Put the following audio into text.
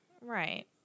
Right